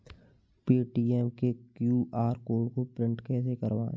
Paytm के QR code को print कैसे करवाएँ?